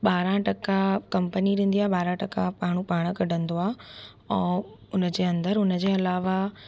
ॿारहं टका कंपनी ॾींदी आहे ॿारहं टका माण्हू पाण कढंदो आहे ऐं हुन जे अंदरु हुन जे अलावा